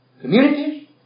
communities